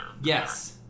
Yes